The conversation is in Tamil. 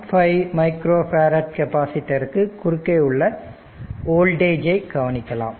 5 மைக்ரோ பேரட் கெப்பாசிட்டர்ருக்கு குறுக்கே உள்ள வோல்டேஜ் கவனிக்கலாம்